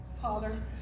Father